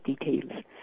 details